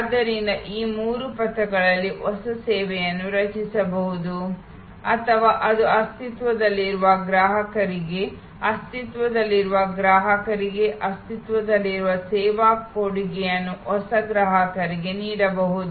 ಆದ್ದರಿಂದ ಈ ಮೂರು ಪಥಗಳಲ್ಲಿ ಹೊಸ ಸೇವೆಗಳನ್ನು ರಚಿಸಬಹುದು ಅಥವಾ ಅದು ಅಸ್ತಿತ್ವದಲ್ಲಿರುವ ಗ್ರಾಹಕರಿಗೆ ಅಸ್ತಿತ್ವದಲ್ಲಿರುವ ಗ್ರಾಹಕರಿಗೆ ಅಸ್ತಿತ್ವದಲ್ಲಿರುವ ಸೇವಾ ಕೊಡುಗೆಯನ್ನು ಹೊಸ ಗ್ರಾಹಕರಿಗೆ ನೀಡಬಹುದು